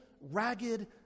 ragged